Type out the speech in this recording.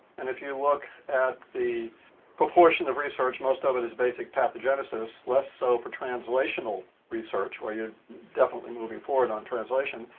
and if you look at the proportion of research, most of it is basic pathogenesis, less so for translational research where you're definitely moving forward on translation.